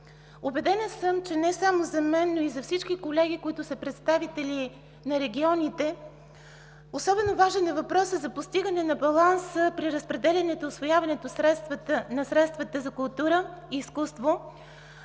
Убедена съм, че не само за мен, но и за всички колеги, които се представители на регионите, особено важен е въпросът за постигане на баланса при разпределянето и усвояването на средствата за култура и изкуство